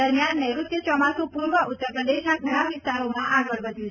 દરમિયાન નેઋત્ય ચોમાસું પૂર્વ ઉત્તર પ્રદેશના ઘણા વિસ્તારોમાં આગળ વધ્યું છે